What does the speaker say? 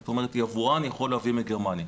זאת אומרת יבואן יכול להביא מגרמניה.